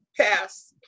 pass